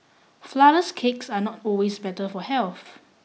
flourless cakes are not always better for health